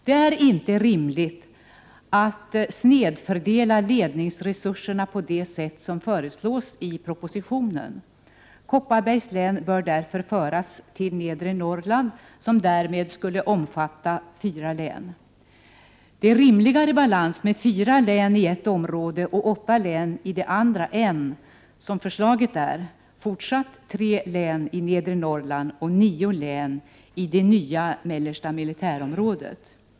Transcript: Det är inte rimligt att snedfördela ledningsresurserna på det sätt som föreslås i propositionen. Kopparbergs län bör därför föras till Nedre Norrland, som därmed skulle omfatta fyra län. Det är rimligare balans med fyra län i ett område och åtta län i det andra än, som förslaget är, fortsatt tre län i Nedre Norrland och nio län i det nya mellersta militärområdet.